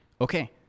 Okay